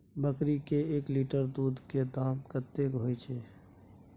बकरी के एक लीटर दूध के दाम कतेक होय छै?